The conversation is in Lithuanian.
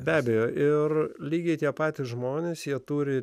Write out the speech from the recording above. be abejo ir lygiai tie patys žmonės jie turi